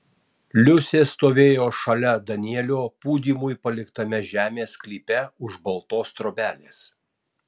liusė stovėjo šalia danielio pūdymui paliktame žemės sklype už baltos trobelės